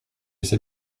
sais